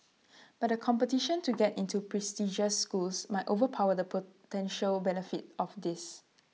but the competition to get into prestigious schools might overpower the potential benefits of this